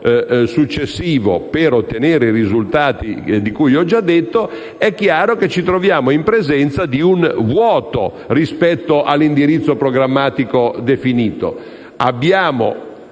successivo per ottenere i risultati di cui ho già detto, è chiaro che ci troviamo in presenza di un vuoto rispetto all'indirizzo programmatico definito. Abbiamo,